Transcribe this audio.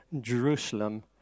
Jerusalem